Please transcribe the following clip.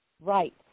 Right